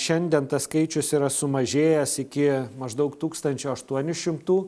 šiandien tas skaičius yra sumažėjęs iki maždaug tūkstančio aštuonių šimtų